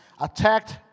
attacked